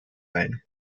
ein